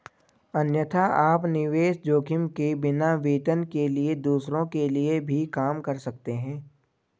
अन्यथा, आप निवेश जोखिम के बिना, वेतन के लिए दूसरों के लिए भी काम कर सकते हैं